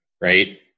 right